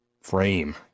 frame